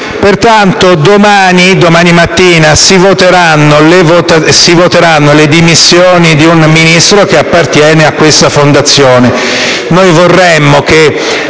Pertanto, domani mattina si voteranno le dimissioni di un Ministro che appartiene a questa fondazione.